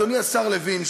אדוני השר לוין,